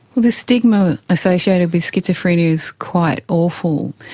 the stigma associated with schizophrenia is quite awful.